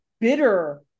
bitter